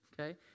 okay